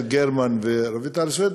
יעל גרמן ורויטל סויד,